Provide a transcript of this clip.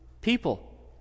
people